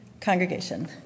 congregation